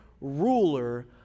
ruler